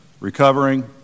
recovering